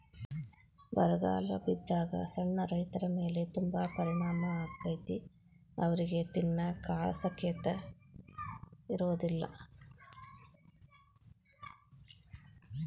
ಬರಗಾಲ ಬಿದ್ದಾಗ ಸಣ್ಣ ರೈತರಮೇಲೆ ತುಂಬಾ ಪರಿಣಾಮ ಅಕೈತಿ ಅವ್ರಿಗೆ ತಿನ್ನಾಕ ಕಾಳಸತೆಕ ಇರುದಿಲ್ಲಾ